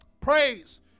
Praise